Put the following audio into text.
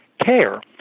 care